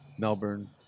Melbourne